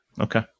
Okay